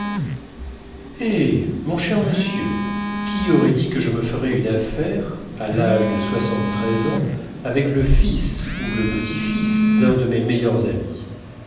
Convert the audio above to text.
eh mon cher monsieur qui aurait dit que je me ferais une affaire à l'âge de soixante-treize ans avec le fils ou le petit-fils d'un de mes meilleurs amis